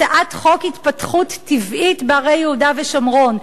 הצעת חוק התפתחות טבעית בערי יהודה ושומרון,